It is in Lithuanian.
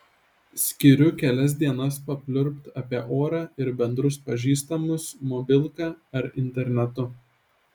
skiriu kelias dienas papliurpt apie orą ir bendrus pažįstamus mobilka ar internetu